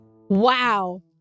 Wow